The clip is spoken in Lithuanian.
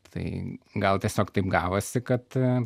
tai gal tiesiog taip gavosi kad